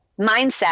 mindset